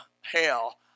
hell